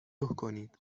کنید